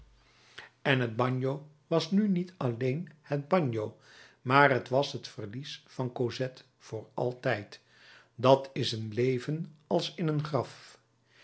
en het bagno was nu niet alleen het bagno maar het was het verlies van cosette voor altijd dat is een leven als in een graf